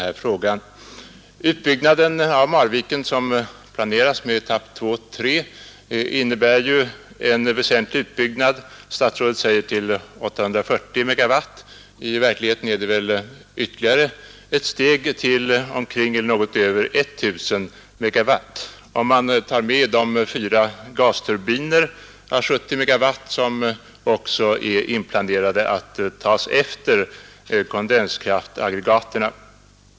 Etapperna 2 och 3 som planerats i Marviken innebär ju en väsentlig utbyggnad — till 840 MW, säger statsrådet, men i verkligheten blir det väl ytterligare ett steg till något över 1000 MW, om man tar med de fyra gasturbiner om 70 MW som är inplanerade att tas efter kondenskraftaggregaten.